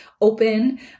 open